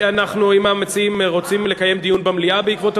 אם המציעים רוצים לקיים דיון במליאה בעקבות הצעותיהם,